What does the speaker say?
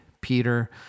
Peter